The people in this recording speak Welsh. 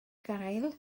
gael